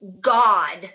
God